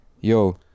yo